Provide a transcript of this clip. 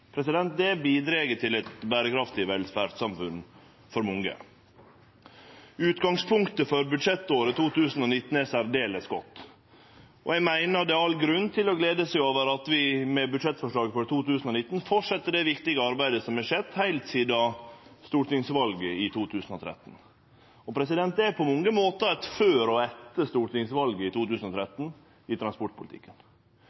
verdiskapinga. Det bidreg til eit berekraftig velferdssamfunn for mange. Utgangspunktet for budsjettåret 2019 er særdeles godt, og eg meiner det er all grunn til å glede seg over at vi med budsjettforslaget for 2019 fortset med det viktige arbeidet som har skjedd heilt sidan stortingsvalet i 2013. Det er på mange måtar eit før og eit etter stortingsvalet 2013 i